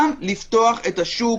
גם לפתוח את השוק,